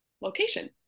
location